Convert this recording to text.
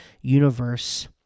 universe